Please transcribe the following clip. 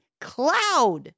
Cloud